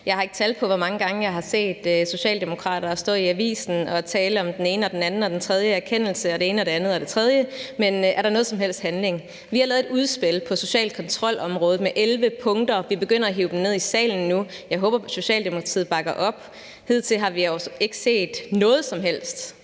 Jeg har ikke tal på, hvor mange gange jeg har set socialdemokrater i avisen tale om den ene, den anden og den tredje erkendelse, altså det ene, det andet og det tredje, men er der noget som helst handling? Vi har lavet et udspil på området vedrørende social kontrol med 11 punkter, og vi begynder nu at hive dem ned i salen, og jeg håber, at Socialdemokratiet bakker op. Hidtil har vi jo ikke set noget som helst